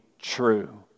true